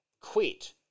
quit